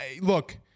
look